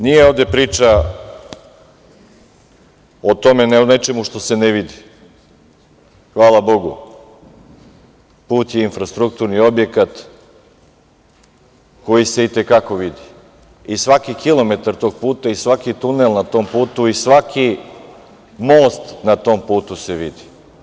Nije ovde priča o tome, ne o nečemu što se ne vidi, hvala Bogu, put je infrastrukturni objekat koji se i te kako vidi i svaki kilometar tog puta i svaki tunel na tom putu i svaki most na tom putu se vidi.